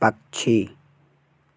पक्षी